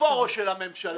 איפה הראש של הממשלה?